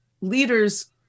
leaders